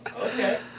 Okay